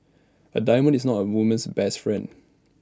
A diamond is not A woman's best friend